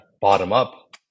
bottom-up